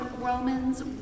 Romans